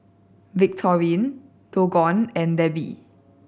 Victorine Dijon and Debi